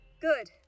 Good